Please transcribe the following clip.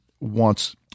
wants